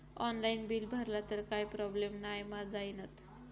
Online bill भरला तर काय प्रोब्लेम नाय मा जाईनत?